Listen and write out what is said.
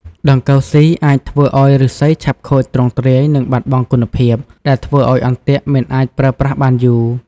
ដង្កូវស៊ីអាចធ្វើឲ្យឫស្សីឆាប់ខូចទ្រង់ទ្រាយនិងបាត់បង់គុណភាព ដែលធ្វើឲ្យអន្ទាក់មិនអាចប្រើប្រាស់បានយូរ។